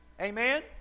Amen